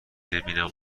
ببینم